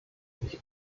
ich